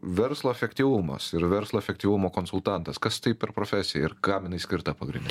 verslo efektyvumas ir verslo efektyvumo konsultantas kas tai per profesija ir kam jinai skirta pagrinde